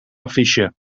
affiche